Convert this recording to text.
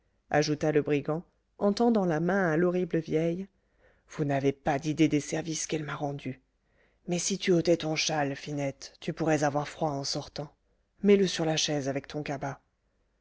ajouta le brigand en tendant la main à l'horrible vieille vous n'avez pas d'idée des services qu'elle m'a rendus mais si tu ôtais ton châle finette tu pourrais avoir froid en sortant mets-le sur la chaise avec ton cabas